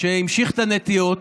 שהמשיך את הנטיעות,